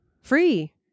free